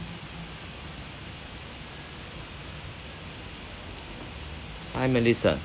hi melissa